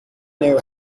knew